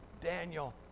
Daniel